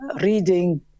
reading